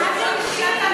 מה זה אישי?